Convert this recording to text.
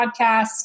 podcast